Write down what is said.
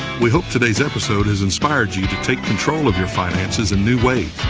we hope today's episode has inspired you to take control of your finances in new ways.